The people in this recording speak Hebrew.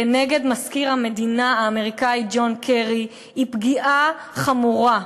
נגד מזכיר המדינה האמריקני ג'ון קרי הוא פגיעה חמורה,